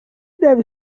deve